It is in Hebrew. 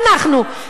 ואנחנו,